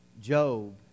Job